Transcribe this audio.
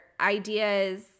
ideas